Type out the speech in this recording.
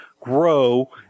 grow